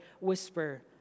whisper